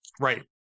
Right